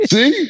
See